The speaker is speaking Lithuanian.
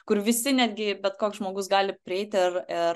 kur visi netgi bet koks žmogus gali prieit ir ir